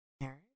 marriage